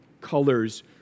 colors